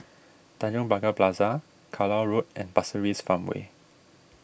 Tanjong Pagar Plaza Carlisle Road and Pasir Ris Farmway